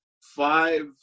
five